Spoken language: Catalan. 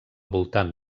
voltant